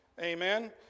Amen